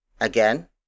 Again